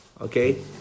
Okay